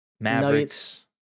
Mavericks